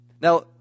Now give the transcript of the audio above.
now